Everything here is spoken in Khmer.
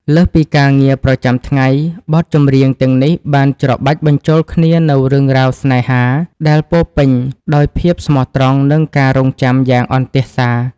លើសពីការងារប្រចាំថ្ងៃ បទចម្រៀងទាំងនេះបានច្របាច់បញ្ចូលគ្នានូវរឿងរ៉ាវស្នេហាដែលពោរពេញដោយភាពស្មោះត្រង់ និងការរង់ចាំយ៉ាងអន្ទះសារ។